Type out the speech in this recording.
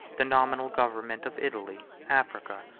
the nominal government of italy, africa,